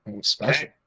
special